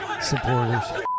supporters